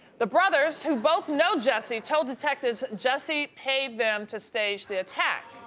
the brothers, who both know jussie, told detectives jussie paid them to stage the attack.